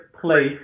place